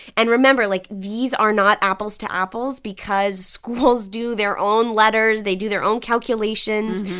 and remember like, these are not apples to apples because schools do their own letters. they do their own calculations.